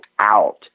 out